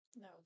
no